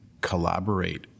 collaborate